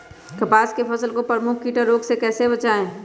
कपास की फसल को प्रमुख कीट और रोग से कैसे बचाएं?